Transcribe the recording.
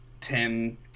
Tim